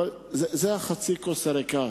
אבל זו חצי הכוס הריקה,